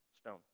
stone